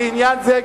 ועניין זה,